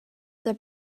their